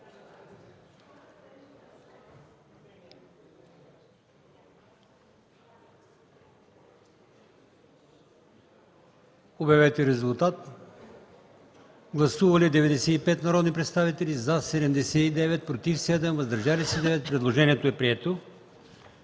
на гласуване. Гласували 96 народни представители: за 79, против 8, въздържали се 9. Предложението е прието.